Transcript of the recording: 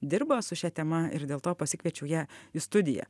dirba su šia tema ir dėl to pasikviečiau ją į studiją